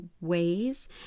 ways